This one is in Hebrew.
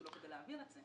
רואים בזה אישור.